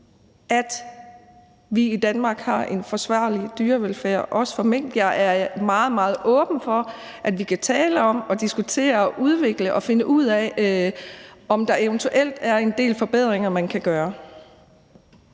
at vi i Danmark har en forsvarlig dyrevelfærd, også for mink. Jeg er meget, meget åben for, at vi kan tale om det og diskutere og finde ud af, om der eventuelt er en del forbedringer, man kan gøre,